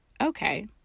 okay